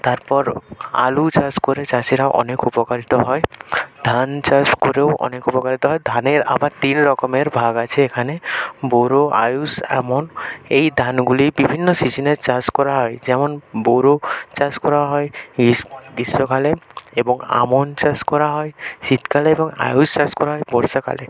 তারপর আলু চাষ করে চাষিরা অনেক উপকারিত হয় ধান চাষ করেও অনেক উপকারিত হয় ধানের আবার তিন রকমের ভাগ আছে এখানে বোরো আউশ আমন এই ধানগুলি বিভিন্ন সিজনে চাষ করা হয় যেমন বোরো চাষ করা হয় গ্রীষ্মকালে এবং আমন চাষ করা হয় শীতকালে এবং আউশ চাষ করা হয় বর্ষাকালে